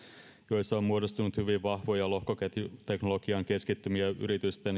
joissa on muodostunut hyvin vahvoja lohkoketjuteknologian keskittymiä yritysten